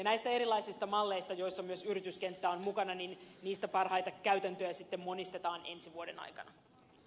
näistä erilaisista malleista joissa myös yrityskenttä on mukana parhaita käytäntöjä sitten monistetaan ensi vuoden aikana